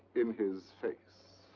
in his face.